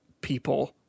people